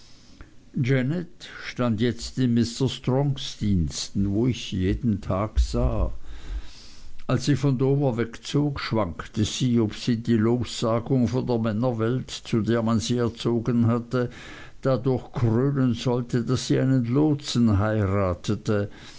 janet stand jetzt in mr strongs diensten wo ich sie jeden tag sah als sie von dover wegzog schwankte sie ob sie die lossagung von der männerwelt zu der man sie erzogen hatte dadurch krönen sollte daß sie einen lotsen heiratete